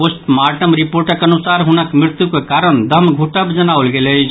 post-mortem रिपोर्टक अनुसार हुनक मृत्युक कारण दम घुटब जनाओल गेल अछि